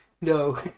No